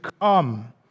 come